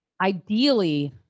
ideally